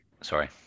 Sorry